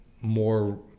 more